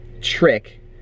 trick